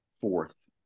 fourth